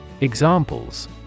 Examples